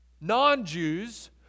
non-Jews